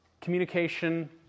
communication